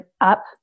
up